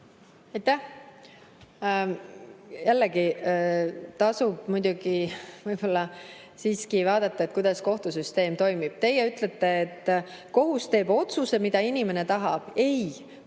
Aitäh! Jällegi tasub võib‑olla siiski vaadata, kuidas kohtusüsteem toimib. Teie ütlete, et kohus teeb otsuse, mida inimene tahab. Ei, kohus